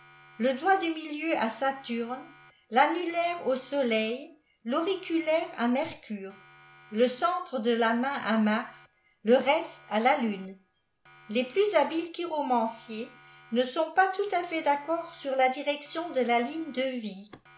le doigt du miliea à saturne l'amère au soleil l'auriculaire à mercure le centre de la mairi à mars le reste à la lune les plus lia biles chiromanciens ne sont pas tout à fait dîiccerd ur l ilireciion de la ligne